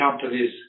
companies